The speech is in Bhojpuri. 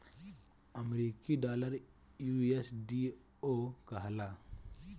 अमरीकी डॉलर यू.एस.डी.ओ कहाला